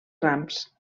rams